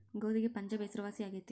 ಗೋಧಿಗೆ ಪಂಜಾಬ್ ಹೆಸರುವಾಸಿ ಆಗೆತಿ